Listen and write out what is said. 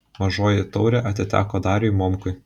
mažoji taurė atiteko dariui momkui